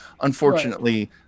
Unfortunately